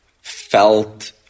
Felt